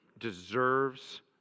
deserves